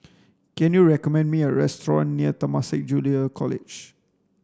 can you recommend me a restaurant near Temasek Junior College